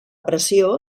pressió